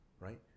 right